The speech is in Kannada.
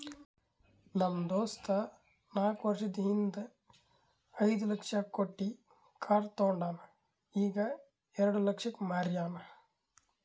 ನಮ್ ದೋಸ್ತ ನಾಕ್ ವರ್ಷದ ಹಿಂದ್ ಐಯ್ದ ಲಕ್ಷ ಕೊಟ್ಟಿ ಕಾರ್ ತೊಂಡಾನ ಈಗ ಎರೆಡ ಲಕ್ಷಕ್ ಮಾರ್ಯಾನ್